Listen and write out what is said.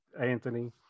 Anthony